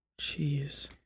Jeez